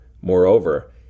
Moreover